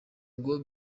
ngo